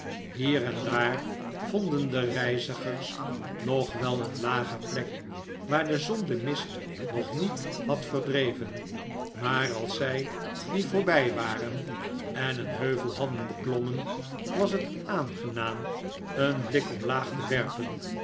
hier en daar vonden de reizigers nog wel een lage plek waar de zon den mist nog niet had verdreven maar als zij die voorbij waren en een heuvel hadden beklommen was het aangenaam een blik omlaag te werpen